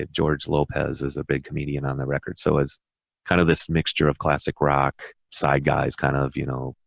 ah george lopez, is a big comedian on the record. so it's kind of this mixture of classic rock side guys kind of, you know,